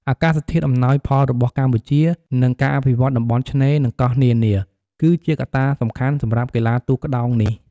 អាកាសធាតុអំណោយផលរបស់កម្ពុជា និងការអភិវឌ្ឍន៍តំបន់ឆ្នេរ និងកោះនានា គឺជាកត្តាសំខាន់សម្រាប់កីឡាទូកក្ដោងនេះ។